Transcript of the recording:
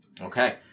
Okay